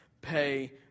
pay